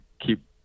keep